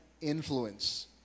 influence